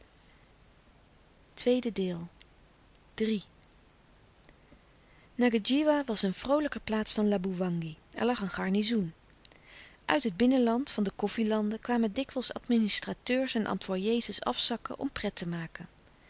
kracht ngadjiwa was een vroolijker plaats dan laboewangi er lag een garnizoen uit het binnenland van de koffie landen kwamen dikwijls administrateurs en employé's eens afzakken om pret te maken